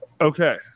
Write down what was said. Okay